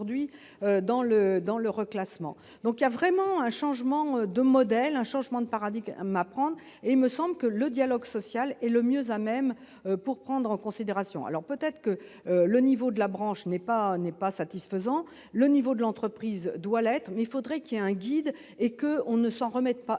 dans le reclassements, donc il y a vraiment un changement de modèle, un changement de paradigme à prendre et il me semble que le dialogue social est le mieux à même pour prendre en considération, alors peut-être que le niveau de la branche n'est pas n'est pas satisfaisant le niveau de l'entreprise doit l'être, mais il faudrait qu'il y a un guide et que on ne s'en remettent pas